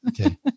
Okay